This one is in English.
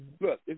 look